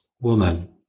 woman